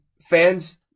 fans